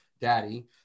daddy